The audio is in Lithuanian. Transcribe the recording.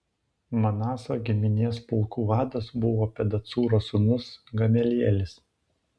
manaso giminės pulkų vadas buvo pedacūro sūnus gamelielis